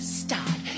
start